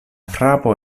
frapo